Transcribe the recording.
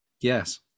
yes